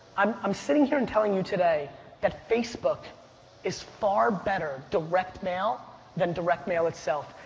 i'm i'm sitting here and telling you today that facebook is far better direct mail than direct mail itself.